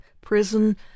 prison